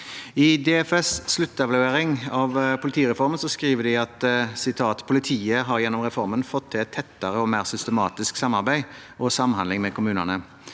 I DFØs sluttevaluering av politireformen skriver de: «Politiet har gjennom reformen fått til et tettere og mer systematisk samarbeid og samhandling med kommunene.